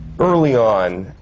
early on,